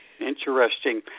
Interesting